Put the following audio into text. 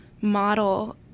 model